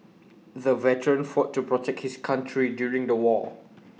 the veteran fought to protect his country during the war